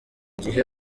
gihe